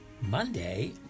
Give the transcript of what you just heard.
Monday